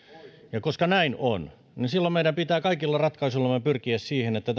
ja koska näin on silloin meidän pitää kaikilla ratkaisuillamme pyrkiä siihen että